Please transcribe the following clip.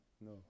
No